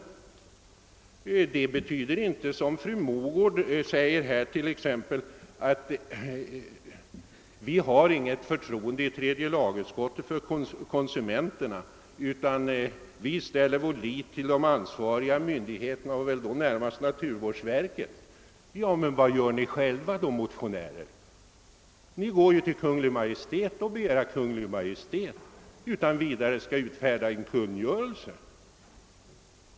Detta betyder inte som fru Mogård sade att vi i tredje lag utskottet inte har något förtroende för konsumenterna, utan vi litar på de ansvariga myndigheterna och då närmast naturvårdsverket. Men vad gör motionärerna själva? Ni går till Kungl. Maj:t och begär att Kungl. Maj:t utan vidare skall utfärda en kungörelse.